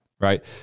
right